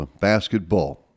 basketball